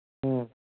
ꯎꯝ